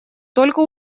только